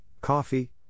coffee